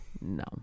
No